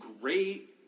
great